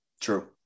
True